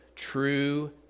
True